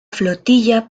flotilla